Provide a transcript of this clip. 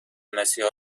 مسیحا